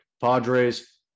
Padres